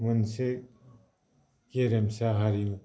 मोनसे गेरेमसा हारिमु